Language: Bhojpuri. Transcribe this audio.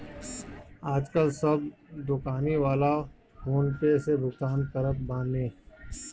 आजकाल सब दोकानी वाला फ़ोन पे से भुगतान करत बाने